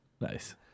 Nice